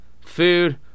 food